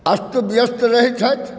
अस्त व्यस्त रहै छथि